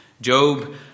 Job